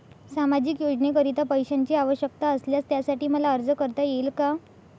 सामाजिक योजनेकरीता पैशांची आवश्यकता असल्यास त्यासाठी मला अर्ज करता येईल का?